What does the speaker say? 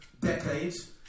decades